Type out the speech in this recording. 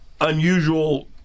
unusual